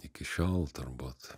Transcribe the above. iki šiol turbūt